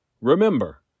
Remember